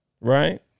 right